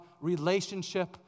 relationship